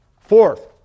Fourth